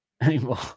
anymore